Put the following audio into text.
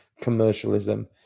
commercialism